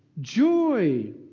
joy